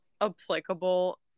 applicable